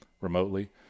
remotely